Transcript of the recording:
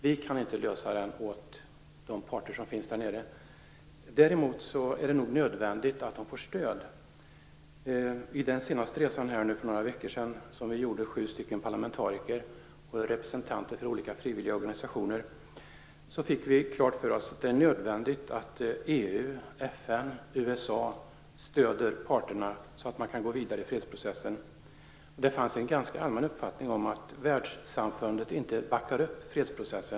Vi kan inte lösa den åt dem. Däremot är det nödvändigt att de får stöd. Under den senaste resan som vi sju parlamentariker och representanter för olika frivilliga organisationer gjorde fick vi klart för oss att det är nödvändigt att EU, FN och USA stöder parterna så att de kan gå vidare i fredsprocessen. Det fanns en allmän uppfattning om att världssamfundet inte backar upp fredsprocessen.